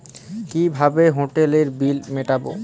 কিভাবে হোটেলের বিল মিটাব?